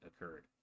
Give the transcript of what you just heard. occurred